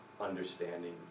understanding